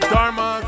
Dharma